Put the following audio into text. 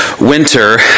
winter